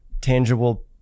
tangible